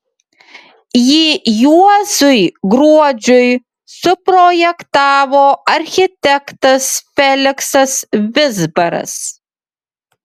jį juozui gruodžiui suprojektavo architektas feliksas vizbaras